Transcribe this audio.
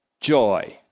joy